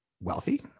wealthy